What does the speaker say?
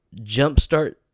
jumpstart